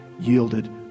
yielded